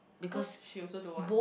cause she also don't want